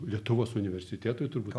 lietuvos universitetui turbūt